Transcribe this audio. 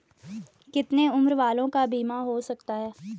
कितने उम्र वालों का बीमा हो सकता है?